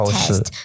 Test